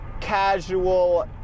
casual